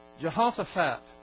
Jehoshaphat